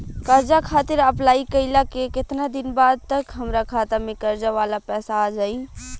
कर्जा खातिर अप्लाई कईला के केतना दिन बाद तक हमरा खाता मे कर्जा वाला पैसा आ जायी?